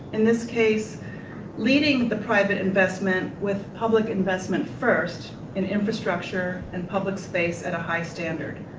in this case leading the private investment with public investment first in infrastructure and public space at a high standard.